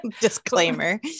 disclaimer